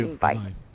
Bye